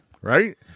Right